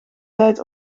tijd